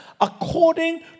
according